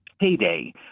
payday